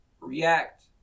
react